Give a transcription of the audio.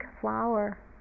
flower